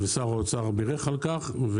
ושר האוצר בירך על כך.